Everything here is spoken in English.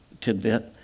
tidbit